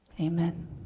Amen